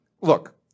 look